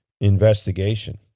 investigation